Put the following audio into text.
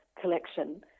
collection